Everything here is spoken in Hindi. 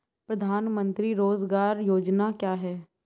प्रधानमंत्री रोज़गार योजना क्या है?